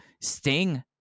Sting